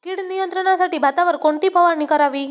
कीड नियंत्रणासाठी भातावर कोणती फवारणी करावी?